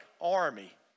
army